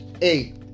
Eight